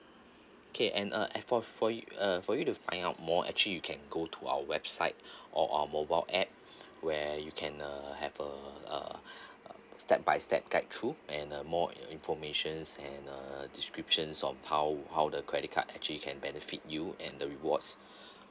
okay and uh for for you uh for you to find out more actually you can go to our website or our mobile app where you can uh have uh uh uh step by step guide through and a more informations and uh descriptions of how how the credit card actually can benefit you and the rewards